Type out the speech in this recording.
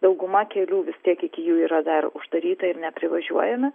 dauguma kelių vis tiek iki jų yra dar uždaryta ir neprivažiuojami